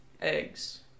eggs